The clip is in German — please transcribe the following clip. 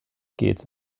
geht